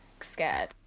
scared